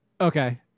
Okay